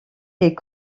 est